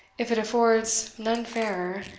if it affords none fairer,